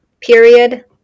period